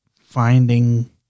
finding